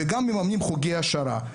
וגם מממנים חוגי העשרה.